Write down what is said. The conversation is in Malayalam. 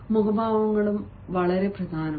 മുഖഭാവങ്ങളും വളരെ പ്രധാനമാണ്